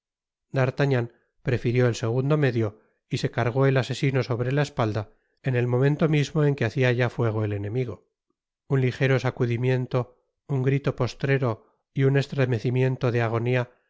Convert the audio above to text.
d'artagnan prefirió el segundo medio y se cargó el asesino sobre la espalda en el momento mismo en que hacia ya fuego el enemigo un ligero sacudimiento un grito postrero y un estremecimiento de agonia